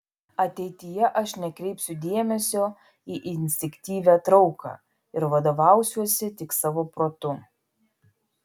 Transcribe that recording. ateityje aš nekreipsiu dėmesio į instinktyvią trauką ir vadovausiuosi tik savo protu